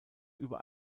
über